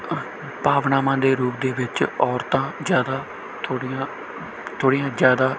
ਭਾਵਨਾਵਾਂ ਦੇ ਰੂਪ ਦੇ ਵਿੱਚ ਔਰਤਾਂ ਜ਼ਿਆਦਾ ਥੋੜ੍ਹੀਆਂ ਥੋੜ੍ਹੀਆਂ ਜ਼ਿਆਦਾ